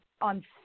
on